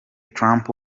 trump